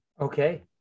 Okay